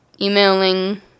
emailing